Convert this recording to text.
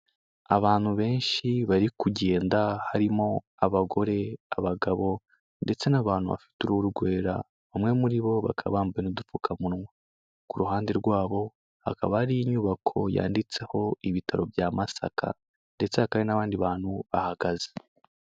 Abantu benshi bari kugenda, harimo abagore, abagabo ndetse n'abantu bafite uruhu rwera, bamwe muri bo bakaba bambaye udupfukamunwa, ku ruhande rwabo hakaba hari inyubako yanditseho ibitaro bya Masaka ndetse hakaba hari n'abandi bantu bahagaze.